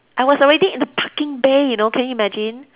I was already in the parking bay you know can you imagine